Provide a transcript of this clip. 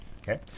okay